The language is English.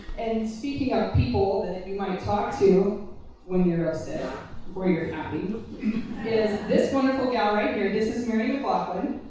and speaking of people that and you might talk to when you're upset or you're happy is this wonderful gal right here. this is mary mclachlan.